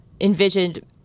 envisioned